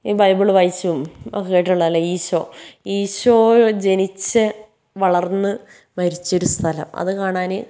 ഈ ബൈബിള് വായിച്ചും ഒക്കെ കേട്ടിട്ടുളതല്ലേ ഈശോ ഈശോ ജനിച്ച് വളര്ന്ന് മരിച്ചൊരു സ്ഥലം അതു കാണാൻ